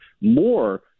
more